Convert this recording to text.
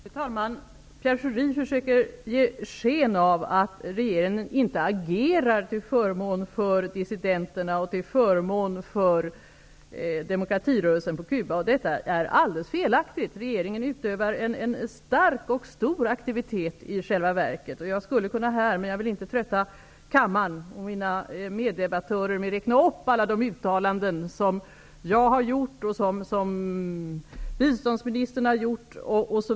Fru talman! Pierre Schori försökte ge sken av att regeringen inte agerar till förmån för dissidenterna och för demokratirörelsen på Cuba. Detta är alldeles felaktigt. Regeringen utövar i själva verket en stark och stor aktivitet. Jag skulle kunna här, men jag vill inte trötta kammaren och mina meddebattörer, räkna upp alla de uttalanden som jag har gjort och som biståndsministern har gjort.